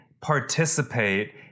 participate